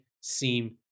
seem